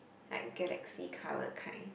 like galaxy colour kind